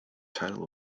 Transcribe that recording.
title